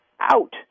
out